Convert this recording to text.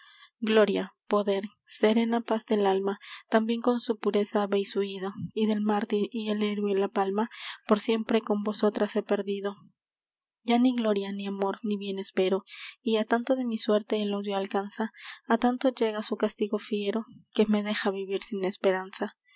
gloria poder serena paz del alma tambien con su pureza habeis huido y del mártir y el héroe la palma por siempre con vosotras he perdido ya ni gloria ni amor ni bien espero y á tanto de mi suerte el odio alcanza á tanto llega su castigo fiero que me deja vivir sin esperanza